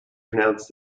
pronounced